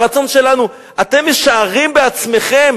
אתם משערים לעצמכם